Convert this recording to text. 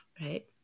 right